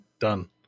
done